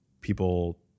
people